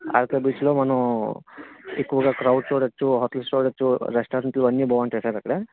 RK బీచ్లో మనం ఎక్కువుగా క్రౌడ్ చూడవచ్చు హోటల్స్ చూడవచ్చు రెస్టారెంట్లు అన్నీ బాగుంటాయి సార్ అక్కడ